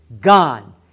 Gone